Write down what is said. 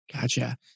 gotcha